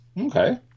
Okay